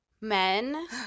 Men